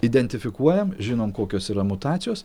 identifikuojam žinom kokios yra mutacijos